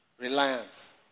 Reliance